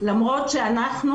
למרות שאנחנו,